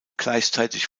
gleichzeitig